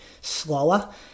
slower